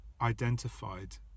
identified